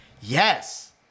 Yes